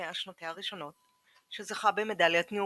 מאה שנותיה הראשונות" שזכה במדליית ניוברי.